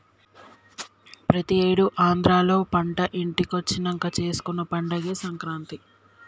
ప్రతి ఏడు ఆంధ్రాలో పంట ఇంటికొచ్చినంక చేసుకునే పండగే సంక్రాంతి